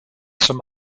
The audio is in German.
zum